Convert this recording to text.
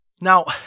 Now